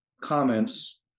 comments